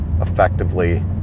effectively